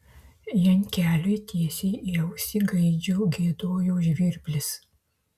jankeliui tiesiai į ausį gaidžiu giedojo žvirblis